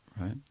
Right